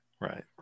right